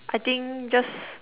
I think just